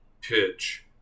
pitch